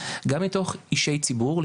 גם מתוך אישי ציבור,